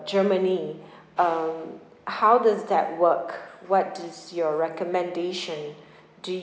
germany um how does that work what is your recommendation do